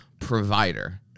provider